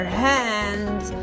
hands